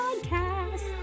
Podcast